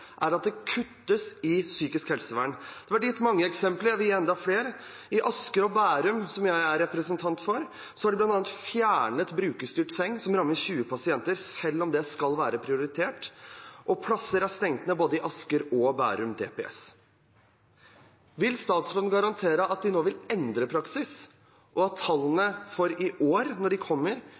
det statsråden står her og sier, kuttes det i psykisk helsevern. Det har vært gitt mange eksempler, og jeg vil gi enda flere. I Asker og Bærum, som jeg er representant for, har de bl.a. fjernet brukerstyrt seng, som rammer 20 pasienter, selv om det skal være prioritert, og plasser er stengt ned i både Asker og Bærum DPS. Vil statsråden garantere at de nå vil endre praksis, og at tallene for i år, når de kommer,